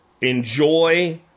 enjoy